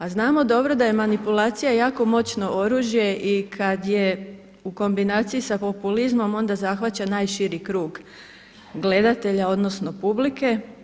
A znamo dobro da je manipulacija jako moćno oružje i kad je u kombinaciji sa populizmom onda zahvaća najširi krug gledatelja odnosno publike.